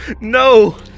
No